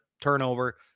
turnover